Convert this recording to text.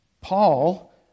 Paul